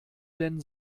denn